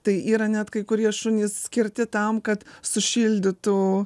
tai yra net kai kurie šunys skirti tam kad sušildytų